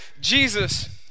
Jesus